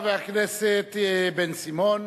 חבר הכנסת בן-סימון.